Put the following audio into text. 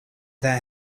their